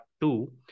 two